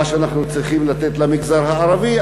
מה שאנחנו צריכים לתת למגזר הערבי,